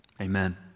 amen